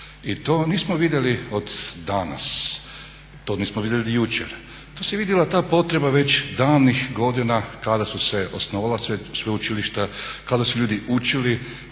I to nismo vidjeli od danas, to nismo vidjeli od jučer, to se vidjela ta potreba već davnih godina kada su se osnovala sveučilišta, kada su ljudi učili